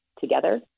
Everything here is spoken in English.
together